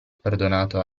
perdonato